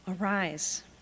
Arise